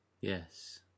Yes